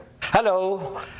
Hello